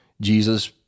Jesus